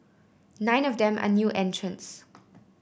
nine of them are new entrants